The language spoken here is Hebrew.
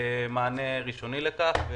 מענה ראשוני לכך.